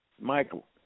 Michael